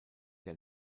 der